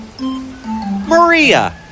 Maria